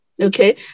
okay